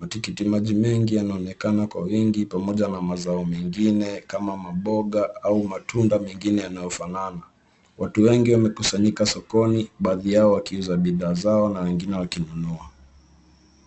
Matikiti maji mengi yanaonekana kwa wingi pamoja na mazao mengine kama mamboga au matunda mengine yanaofanana. Watu wengi wamekusanyika sokoni, baadhi yao wakiuza bidhaa zao na wengine wakinunua.